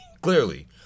clearly